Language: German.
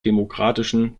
demokratischen